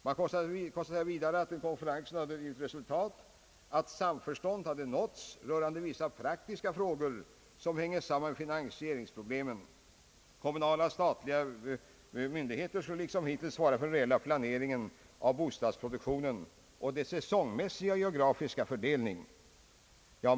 Man konstaterade vidare, att konferensen hade givit till resultat att samförstånd hade nåtts rörande vissa praktiska frågor som hänger samman med finansieringsproblemen. Kommunala och statliga myndigheter skulle liksom hittills svara för den reella planeringen av bostadsproduktionen och dess säsongmässiga och geografiska fördelning.